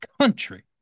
country